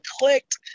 clicked